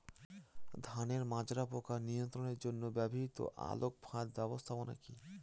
ধানের মাজরা পোকা নিয়ন্ত্রণের জন্য ব্যবহৃত আলোক ফাঁদ ব্যবস্থাপনা কি?